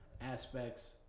aspects